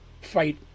fight